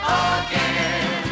again